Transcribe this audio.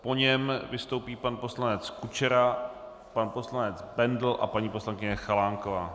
Po něm vystoupí pan poslanec Kučera, pan poslanec Bendl a paní poslankyně Chalánková.